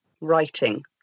writing